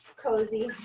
cozy,